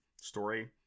Story